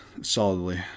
solidly